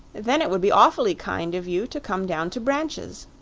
then it would be awfully kind of you to come down to branches.